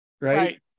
right